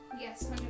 Yes